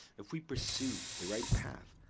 if we pursue the right path,